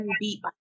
beat